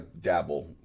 dabble